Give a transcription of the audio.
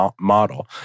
model